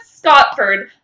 Scottford